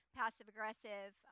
passive-aggressive